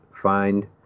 find